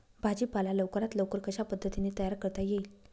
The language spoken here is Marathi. भाजी पाला लवकरात लवकर कशा पद्धतीने तयार करता येईल?